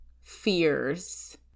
fears